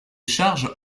charges